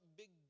big